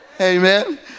Amen